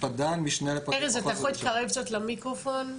אני משנה לפרקליט מחוז ירושלים.